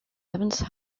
events